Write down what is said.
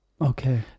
Okay